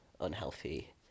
unhealthy